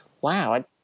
wow